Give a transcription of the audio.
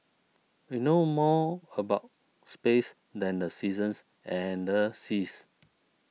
we know more about space than the seasons and the seas